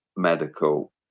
medical